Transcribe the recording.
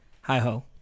Hi-ho